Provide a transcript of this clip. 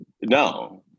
no